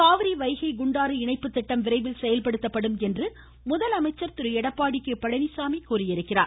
காவிரி வைகை குண்டாறு இணைப்புத்திட்டம் விரைவில் செயல்படுத்தப்படும் என்று முதலமைச்சர் திரு எடப்பாடி கே பழனிசாமி தெரிவித்திருக்கிறார்